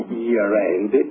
year-end